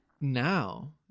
now